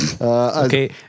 Okay